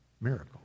miracle